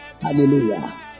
Hallelujah